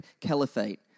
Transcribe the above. Caliphate